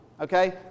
okay